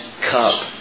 cup